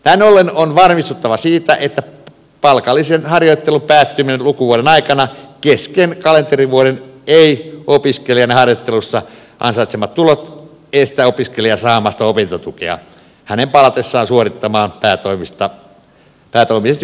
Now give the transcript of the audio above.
näin ollen on varmistuttava siitä että kun palkallinen harjoittelu päättyy lukuvuoden aikana kesken kalenterivuoden eivät opiskelijan harjoittelussa ansaitsemat tulot estä opiskelijaa saamasta opintotukea hänen palatessaan suorittamaan päätoimisesti lähiopintoja